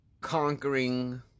conquering